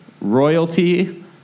royalty